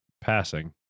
passing